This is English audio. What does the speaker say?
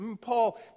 Paul